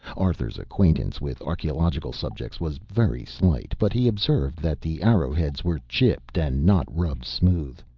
arthur's acquaintance with archeological subjects was very slight, but he observed that the arrow-heads were chipped, and not rubbed smooth.